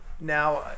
Now